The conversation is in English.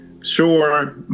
sure